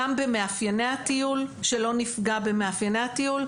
גם במאפייני הטיול שלא נפגע במאפייני הטיול,